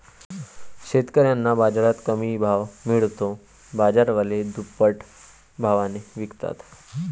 शेतकऱ्यांना बाजारात कमी भाव मिळतो, बाजारवाले दुप्पट भावाने विकतात